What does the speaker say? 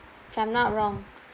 if I'm not wrong